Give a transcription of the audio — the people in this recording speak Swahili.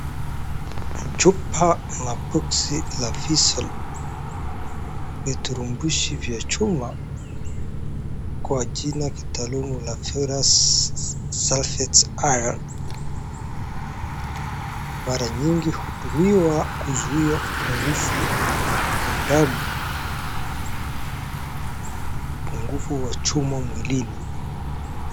Chupa la boksi la Feosol. Mirutubishi vya chuma, kwa jina kitaalumu la Ferrous Sulphate iron, mara nyingi hutumiwa kuzuia upungufu wa damu na upungufu wa chuma mwilini.